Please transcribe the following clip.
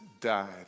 died